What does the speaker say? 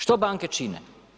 Što banke čine?